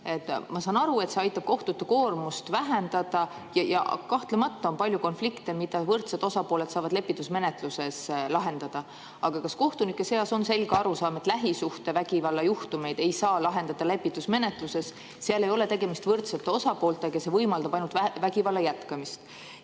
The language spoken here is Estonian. ma saan aru, aitab kohtute koormust vähendada. Kahtlemata on palju konflikte, mida võrdsed osapooled saavad lepitusmenetluses lahendada. Aga kas kohtunike seas on selge arusaam, et lähisuhtevägivalla juhtumeid ei saa lahendada lepitusmenetluses, seal ei ole tegemist võrdsete osapooltega, see võimaldaks ainult vägivalla jätkumist? Teine